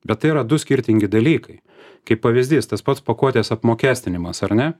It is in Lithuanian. bet tai yra du skirtingi dalykai kaip pavyzdys tas pats pakuotės apmokestinimas ar ne